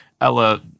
ella